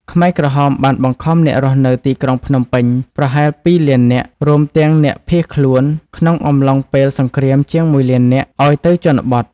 ខ្មែរក្រហមបានបង្ខំអ្នករស់នៅទីក្រុងភ្នំពេញប្រហែល ២ លាននាក់ រួមទាំងអ្នកភៀសខ្លួនក្នុងអំឡុងពេលសង្គ្រាមជាង ១ លាននាក់ ឱ្យទៅជនបទ។